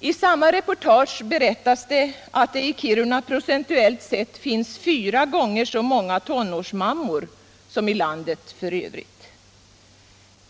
I samma reportage berättas det att det i Kiruna procentuellt sett finns fyra gånger så många tonårsmammor som i landet i övrigt.